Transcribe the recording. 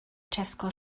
tesco